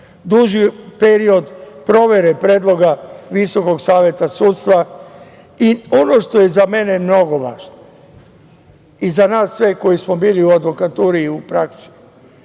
duži period provere predloga Visokog saveta sudstva i ono što je za mene vrlo važno i za nas sve koji smo bili u advokaturi u praksi,